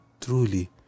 truly